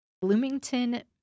Bloomington